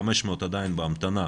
500 עדיין בהמתנה,